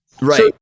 Right